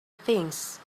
things